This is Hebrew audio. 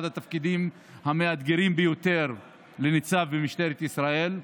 התפקידים המאתגרים ביותר לניצב במשטרת ישראל,